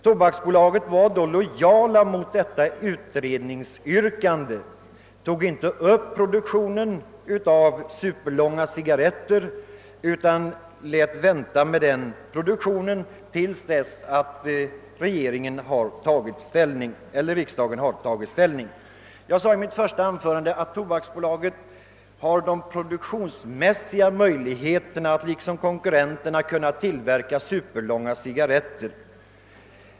Tobaksbolaget var då lojalt mot detta utredningsyrkande och tog inte upp produktionen av superlånga cigarretter, utan lät vänta med den produktionen till dess att riksdagen tagit ställning. Såsom jag sade i mitt första anförande har Tobaksbolaget produktionsmässiga möjligheter att liksom konkurrenterna tillverka superlånga cigarretter.